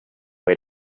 way